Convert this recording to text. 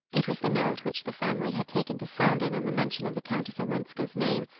it was the note which the family had taken to sounding on the mention of the countess olenska's name,